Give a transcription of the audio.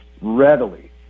readily